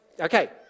Okay